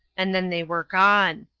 and then they were gone.